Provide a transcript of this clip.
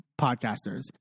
podcasters